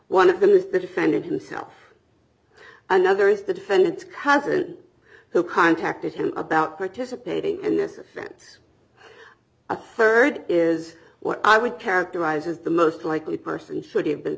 one of them is the defendant himself another is the defendant's cousin who contacted him about participating in this offense a third is what i would characterize as the most likely person should have been